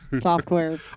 software